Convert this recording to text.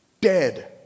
dead